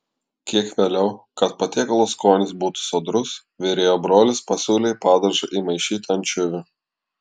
kiek vėliau kad patiekalo skonis būtų sodrus virėjo brolis pasiūlė į padažą įmaišyti ančiuvių